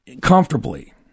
comfortably